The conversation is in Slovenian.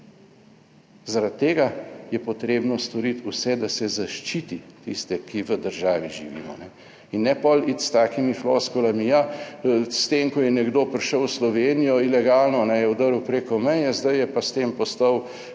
Zaradi tega je potrebno storiti vse, da se zaščiti tiste, ki v državi živimo in ne potem iti s takimi floskulami, ja, s tem, ko je nekdo prišel v Slovenijo ilegalno je vdrl preko meje, zdaj je pa s tem postal